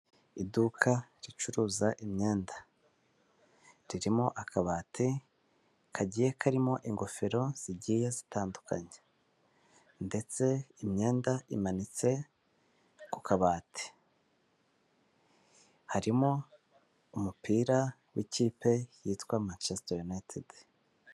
Iduka ricuruza imyenda ririmo akabati kagiye karimo ingofero zigiye zitandukanye ndetse imyenda imanitse ku kabati, harimo umupira w'ikipe yitwa Manchester United.